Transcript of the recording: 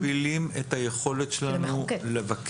מבינים שאתם מגבילים את היכולת שלנו לבקר,